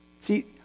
See